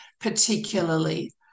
particularly